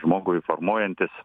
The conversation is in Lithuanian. žmogui formuojantis